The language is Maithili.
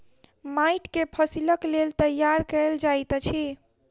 माइट के फसीलक लेल तैयार कएल जाइत अछि